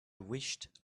wished